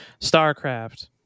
StarCraft